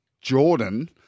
Jordan